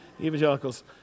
evangelicals